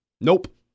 Nope